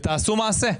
ותעשו מעשה.